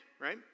right